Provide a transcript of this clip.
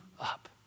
up